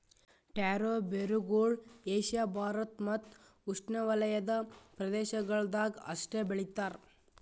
taro ಬೇರುಗೊಳ್ Asia Bharat ಮತ್ತ್ ಉಷ್ಣೆವಲಯದ ಪ್ರದೇಶಗೊಳ್ದಾಗ್ ಅಷ್ಟೆ ಬೆಳಿತಾರ್